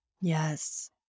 Yes